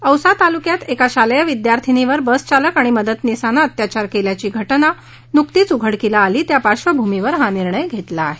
औसा तालुक्यात एका शालेय विद्यार्थिनीवर बसचालक आणि मदतनिसानं अत्याचार केल्याची घटना नुकतीच उघडकीला आली त्या पार्श्वभूमीवर हा निर्णय घेतला आहे